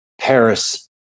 Paris